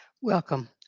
Welcome